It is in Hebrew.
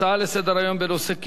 הנושא הבא הוא הצעות לסדר-היום בנושא: